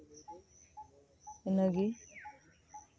ᱤᱱᱟᱹᱜᱮ